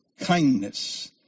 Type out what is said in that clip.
kindness